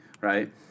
right